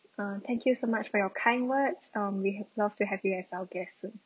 uh thank you so much for your kind words um we have love to have you as our guest soon